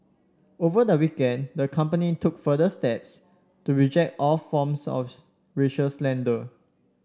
over the weekend the company took further steps to reject all forms of racial slander